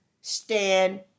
stand